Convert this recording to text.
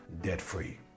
debt-free